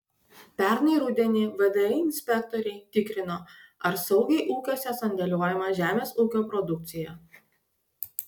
pernai rudenį vdi inspektoriai tikrino ar saugiai ūkiuose sandėliuojama žemės ūkio produkcija